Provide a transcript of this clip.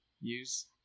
use